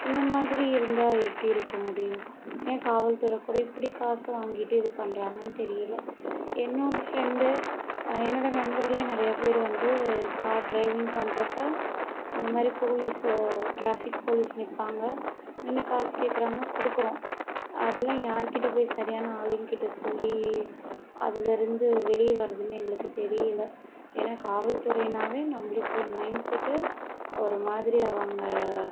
இந்த மாதிரி இருந்தால் எப்படி இருக்க முடியும் ஏன் காவல்துறை கூட இப்படி காசு வாங்கிட்டு இது பண்ணுறாங்கனு தெரியலை என்னோட ஃப்ரெண்டு என்னோட நண்பர்கள் நிறையா பேர் வந்து கார் ட்ரைவிங் பண்றப்போ இந்தமாதிரி போலீஸு ட்ராஃபிக் போலீஸ் நிற்பாங்க நின்று காசு கேட்குறாங்க கொடுக்குறோம் அதெலாம் யாருக்கிட்ட போய் சரியான ஆளுங்கள்கிட்ட சொல்லி அதுலருந்து வெளியே வர்றதுனே எங்களுக்கு தெரியலை ஏன்னா காவல்துறையினாவே நம்பளுக்கு ஒரு மைண்ட்செட்டு ஒரு மாதிரி அவங்க